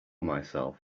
myself